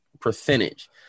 percentage